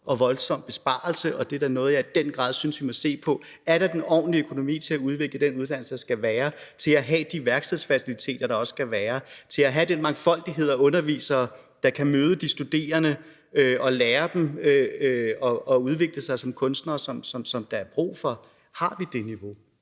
og voldsom besparelse. Og det er da noget, jeg i den grad synes vi må se på. Er der en ordentlig økonomi til at udvikle den uddannelse, der skal være, til at have de værkstedsfaciliteter, der også skal være, og til at have den mangfoldighed af undervisere, der kan møde de studerende og lære dem at udvikle sig som kunstnere, som der er brug for? Har vi det niveau?